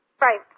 right